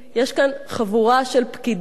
יש כאן חבורה של פקידים,